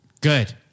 Good